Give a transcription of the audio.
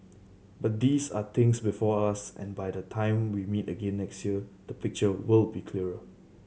but these are things before us and by the time we meet again next year the picture will be clearer